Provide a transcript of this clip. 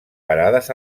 parades